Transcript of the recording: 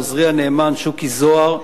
לעוזרי הנאמן שוקי זוהר,